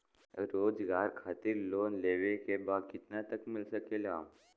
रोजगार खातिर लोन लेवेके बा कितना तक मिल सकेला?